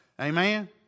Amen